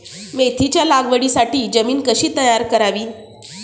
मेथीच्या लागवडीसाठी जमीन कशी तयार करावी?